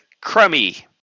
crummy